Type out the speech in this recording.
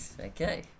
Okay